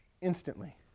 instantly